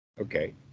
okay